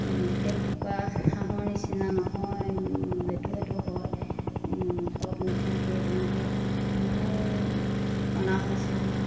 local কুকুৰা হাঁহৰ নিচিনা নহয় লেতু সেতু হয় সব নেথাকে তেনেকৈ আমাৰো অনা হৈছিল